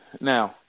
Now